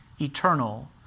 eternal